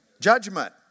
Judgment